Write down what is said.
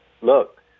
Look